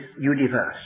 universe